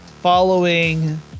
following